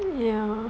ya